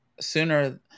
sooner